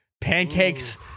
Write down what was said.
Pancakes